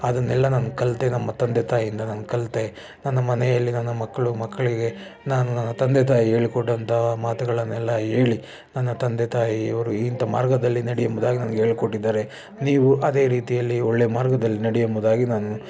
ಅದನ್ನೆಲ್ಲ ನಾನು ಕಲಿತೆ ನಮ್ಮ ತಂದೆ ತಾಯಿಯಿಂದ ನಾನು ಕಲಿತೆ ನನ್ನ ಮನೆಯಲ್ಲಿ ನನ್ನ ಮಕ್ಕಳು ಮಕ್ಕಳಿಗೆ ನಾನು ನನ್ನ ತಂದೆ ತಾಯಿ ಹೇಳಿಕೊಟ್ಟಂಥ ಮಾತುಗಳನ್ನೆಲ್ಲ ಹೇಳಿ ನನ್ನ ತಂದೆ ತಾಯಿಯವರು ಇಂಥ ಮಾರ್ಗದಲ್ಲಿ ನೆಡಿ ಎಂಬುದಾಗಿ ನನಗೆ ಹೇಳ್ಕೊಟ್ಟಿದ್ದಾರೆ ನೀವು ಅದೇ ರೀತಿಯಲ್ಲಿ ಒಳ್ಳೆ ಮಾರ್ಗದಲ್ಲಿ ನಡೆ ಎಂಬುದಾಗಿ ನಾನು